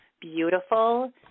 beautiful